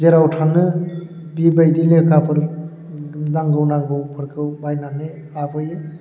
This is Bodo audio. जेराव थाङो बेबायदिनो लेखाफोर नांगौ नांगौफोरखौ बायनानै लाबोयो